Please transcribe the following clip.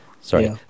sorry